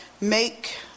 make